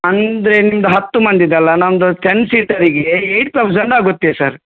ಅಂದರೆ ನಿಮ್ದು ಹತ್ತು ಮಂದಿದಲ್ಲಾ ನಮ್ದು ಟೆನ್ ಸೀಟರಿಗೆ ಏಯ್ಟ್ ತೌಸಂಡ್ ಆಗುತ್ತೆ ಸರ್